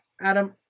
Adam